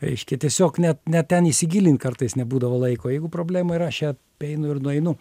reiškia tiesiog net ne ten įsigilint kartais nebūdavo laiko jeigu problema yra aš ją apeinu ir nueinu